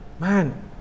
Man